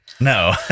no